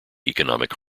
economic